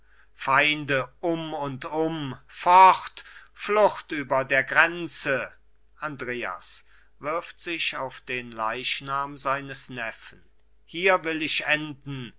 feinde um und um fort flucht über der grenze andreas wirft sich auf den leichnam seines neffen hier will ich enden